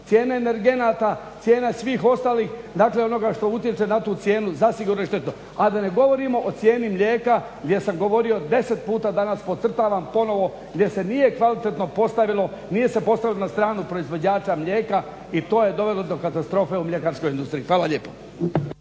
cijene energenata, cijene svih ostalih, dakle onoga što utječe na tu cijenu zasigurno …, a da ne govorimo o cijeni mlijeka gdje sam govorio 10 puta danas, podcrtavam ponovo, gdje se nije kvalitetno postavilo, nije se postavilo na stranu proizvođača mlijeka i to je dovelo do katastrofe u mljekarskoj industriji. Hvala lijepa.